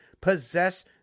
possess